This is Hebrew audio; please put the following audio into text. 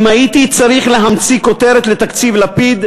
אם הייתי צריך להמציא כותרת לתקציב לפיד,